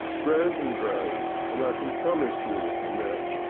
grows and grows. and i can promise you, annette,